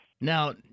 Now